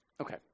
Okay